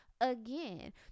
again